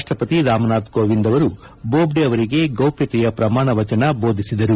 ರಾಷ್ಟಪತಿ ರಾಮನಾಥ್ ಕೋವಿಂದ್ ಅವರು ಬೋದ್ದೆ ಅವರಿಗೆ ಗೌಷ್ಣತೆಯ ಪ್ರಮಾಣವಚನ ಬೋಧಿಸಿದರು